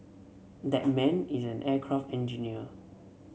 that man is an aircraft engineer